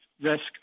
risk